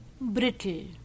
brittle